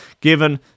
Given